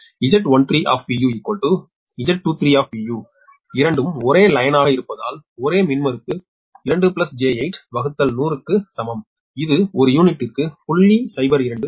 16 pu மற்றும் Z13 Z23 இரண்டும் ஒரே லைன்யாக இருப்பதால் ஒரே மின்மறுப்பு 2 j8 100 க்கு சமம் இது ஒரு யூனிட்டுக்கு 0